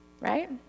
Right